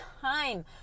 time